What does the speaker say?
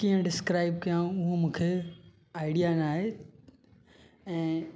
कीअं डिस्क्राइब कयां हुहो मूंखे आइडिया न आहे ऐं